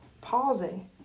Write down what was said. pausing